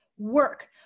work